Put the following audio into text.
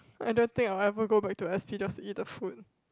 I don't think I'll ever go back to s_p just to eat the food